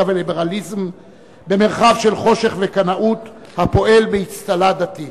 וליברליזם במרחב של חושך וקנאות הפועל באצטלה דתית.